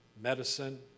medicine